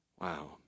Wow